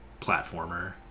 platformer